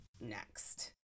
next